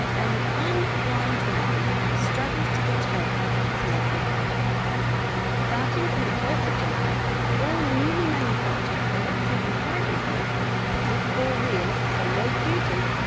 and one blind man struggles to get help with his mental health starting from the first july all newly manufactured electric and hybrid vehicles with four wheels, so no scooters,